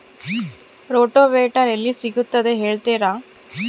Rotavator ಎಲ್ಲಿ ಸಿಗುತ್ತದೆ ಹೇಳ್ತೇರಾ?